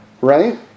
right